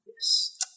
Yes